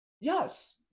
yes